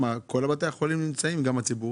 מדובר בכל בתי החולים, גם הציבוריים?